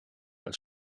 als